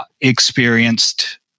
experienced